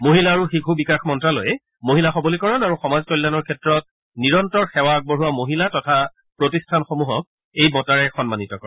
মহিলা আৰু শিশু বিকাশ মন্ত্যালয়ে মহিলা সবলীকৰণ আৰু সমাজ কল্যাণৰ ক্ষেত্ৰত নিৰন্তৰ সেৱা আগবঢ়োৱা মহিলা তথা প্ৰতিষ্ঠানসমূহক এই বঁটাৰে সন্মানিত কৰে